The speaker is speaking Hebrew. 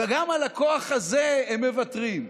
וגם על הכוח הזה הם מוותרים.